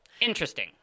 Interesting